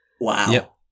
Wow